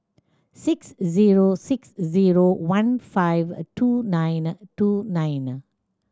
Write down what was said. six zero six zero one five a two nine two nine